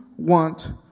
want